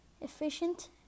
efficient